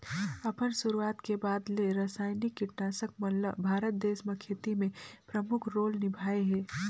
अपन शुरुआत के बाद ले रसायनिक कीटनाशक मन ल भारत देश म खेती में प्रमुख रोल निभाए हे